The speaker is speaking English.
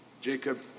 Jacob